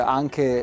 anche